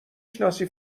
شناسی